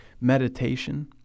meditation